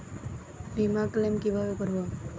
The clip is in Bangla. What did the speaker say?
বিমা ক্লেম কিভাবে করব?